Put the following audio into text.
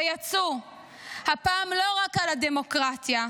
ויצאו הפעם לא רק על הדמוקרטיה,